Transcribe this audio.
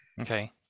Okay